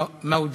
מאוג'וד.